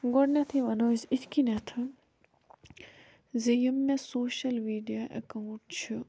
گۄڈٕنیٚتھٕے وَنو أسۍ یِتھ کٔنۍ زِ یِم مےٚ سوشَل میٖڈیا ایٚکاونٛٹ چھِ